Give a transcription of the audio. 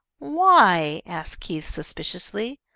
why? asked keith, suspiciously.